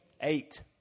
Eight